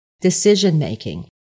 decision-making